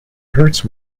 hurts